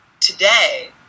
today